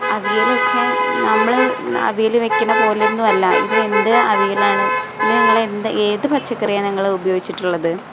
അവിയലൊക്കെ നമ്മൾ അവിയൽ വയ്ക്കുന്ന പോലെയൊന്നും അല്ല ഇതെന്ത് അവിയലാണ് ഇതിൽ നിങ്ങളെന്ത് ഏത് പച്ചക്കറിയാണ് നിങ്ങൾ ഉപയോഗിച്ചിട്ടുള്ളത്